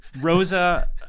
Rosa